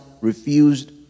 refused